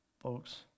folks